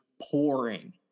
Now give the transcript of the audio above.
pouring